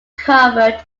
covered